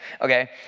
okay